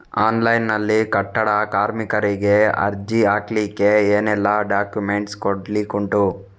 Online ನಲ್ಲಿ ಕಟ್ಟಡ ಕಾರ್ಮಿಕರಿಗೆ ಅರ್ಜಿ ಹಾಕ್ಲಿಕ್ಕೆ ಏನೆಲ್ಲಾ ಡಾಕ್ಯುಮೆಂಟ್ಸ್ ಕೊಡ್ಲಿಕುಂಟು?